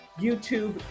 YouTube